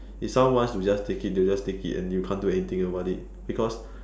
if someone wants to just take it they'll just take it and you can't do anything about it because